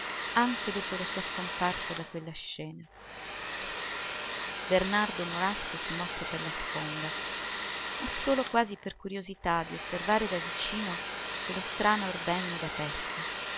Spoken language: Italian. anche dopo la sua scomparsa da quella scena bernardo morasco si mosse per la sponda ma solo quasi per curiosità di osservare da vicino quello strano ordegno da pesca